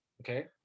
Okay